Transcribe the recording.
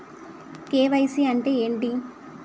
KYC అంటే ఏంటి?